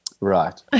Right